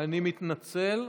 אני מתנצל.